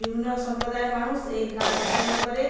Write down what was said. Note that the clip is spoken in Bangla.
বিভিন্ন সম্প্রদায়ের মানুষ এই গান পছন্দ করে